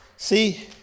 See